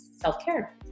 self-care